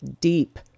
deep